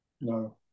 No